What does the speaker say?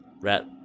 rat